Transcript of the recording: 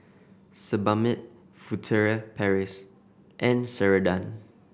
Sebamed Furtere Paris and Ceradan